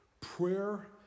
prayer